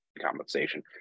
compensation